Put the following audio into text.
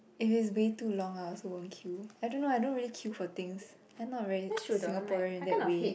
if it's way too long I also won't queue I don't know I don't really queue for things I'm not very Singaporean that way